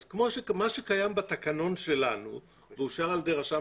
אז מה שקיים בתקנון שלנו ואושר על ידי רשם